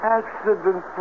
accident